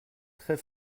très